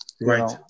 Right